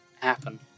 happen